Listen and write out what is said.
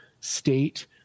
state